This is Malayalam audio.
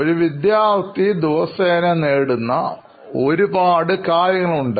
ഒരു വിദ്യാർത്ഥി ദിവസേന നേരിടുന്ന ഒരുപാട് കാര്യങ്ങളുണ്ട്